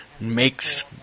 makes